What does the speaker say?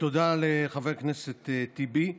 תודה לחבר הכנסת טיבי.